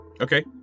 Okay